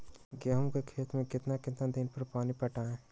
गेंहू के खेत मे कितना कितना दिन पर पानी पटाये?